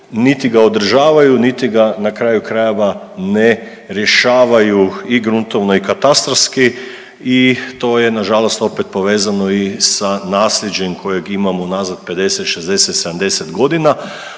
niti ga održavaju, niti ga na kraju krajeva ne rješavaju i gruntovno i katastarski. I to je na žalost opet povezano i sa naslijeđem kojeg imamo unazad 50, 60, 70 godina.